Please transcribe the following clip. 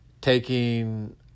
taking